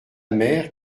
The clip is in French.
mère